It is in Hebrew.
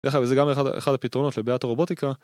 דרך אגב, זה גם אחד הפתרונות לדעת רובוטיקה.